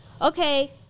okay